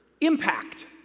impact